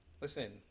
listen